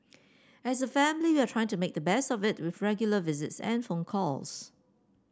as a family we are trying to make the best of it with regular visits and phone calls